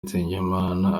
nsengimana